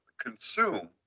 consume